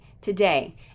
today